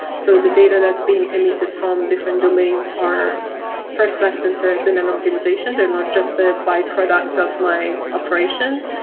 so the data that's been emitted from different domains are first-class concerns in an organization. they're not just the byproduct of my operation.